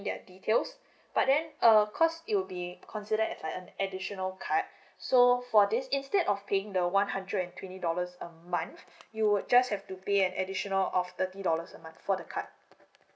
their details but then um cause it'll be considered as like a additional card so for this instead of paying the one hundred and twenty dollars a month you would just have to pay an additional of thirty dollars a month for the card